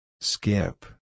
Skip